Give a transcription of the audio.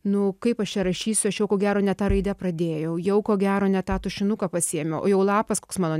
nu kaip aš ją rašysiu aš jau ko gero ne tą raidę pradėjau jau ko gero ne tą tušinuką pasiėmiau jau lapas koks mano